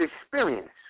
experience